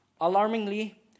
Alarmingly